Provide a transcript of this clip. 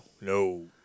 No